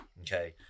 okay